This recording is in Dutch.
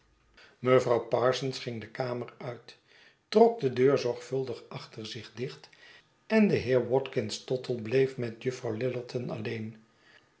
mevrouw parsons ging de kamer uit trok de deur zorgvuldig achter zich dicht en de heer watkins tottle bleef met juffrouw lillerton alleen